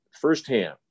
firsthand